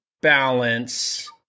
balance